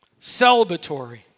celebratory